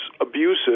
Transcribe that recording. abusive